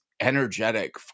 energetic